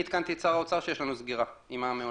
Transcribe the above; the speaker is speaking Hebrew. אני עדכנתי את שר האוצר שיש לנו סגירה עם המעונות.